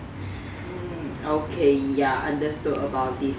okay ya understood about this